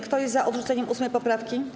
Kto jest za odrzuceniem 8. poprawki?